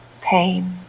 pain